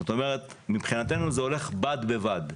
זאת אומרת, מבחינתנו זה הולך בד בבד,